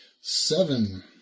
Seven